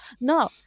No